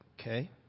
Okay